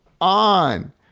on